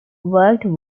worked